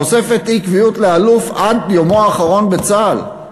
תוספת אי-קביעות לאלוף עד יומו האחרון בצה"ל.